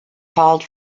called